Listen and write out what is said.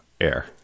air